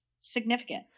significant